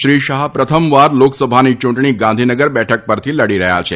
શ્રી શાહ પ્રથમવાર લોકસભાની ચુંટણી ગાંધીનગર બેઠક પરથી લડી રહયાં છે